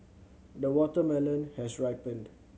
the watermelon has ripened